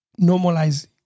normalize